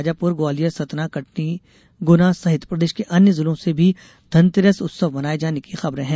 शाजापुर ग्वालियर सतना कटनी सहित प्रदेश के अन्य जिलों से भी धनतेरस उत्सव मनाये जाने की खबरे हैं